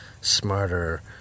smarter